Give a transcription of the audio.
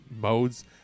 modes